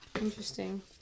Interesting